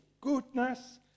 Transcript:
goodness